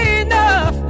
enough